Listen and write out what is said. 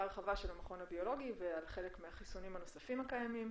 רחבה מן המכון הביולוגי וגם על חלק מן החיסונים הנוספים הקיימים.